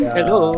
Hello